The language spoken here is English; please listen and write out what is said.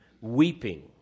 weeping